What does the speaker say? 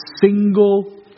single